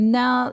now